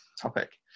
topic